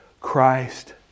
Christ